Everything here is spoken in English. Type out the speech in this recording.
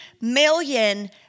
million